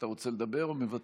אתה רוצה לדבר או מוותר?